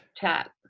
chat